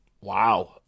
Wow